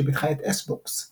שפיתחה את S-Box –